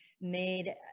made